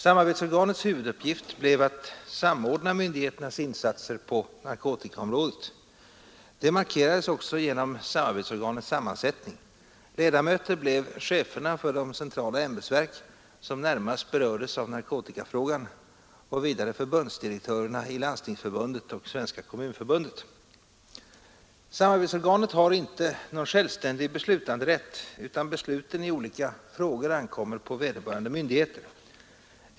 Samarbetsorganets huvuduppgift blev att samordna myndigheternas insatser på narkotikaområdet. Detta markerades också genom samarbetsorganets sammansättning. Ledamöter blev cheferna för de centrala ämbetsverk som närmast berördes av narkotikafrågan samt förbundsdirektörerna i Landstingsförbundet och Svenska kommunförbundet. Samarbetsorganet har inte någon självständig beslutanderätt, utan besluten i olika frågor ankommer på vederbörande myndigheter.